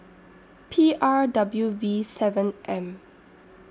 P R W V seven M